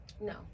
No